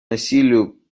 насилию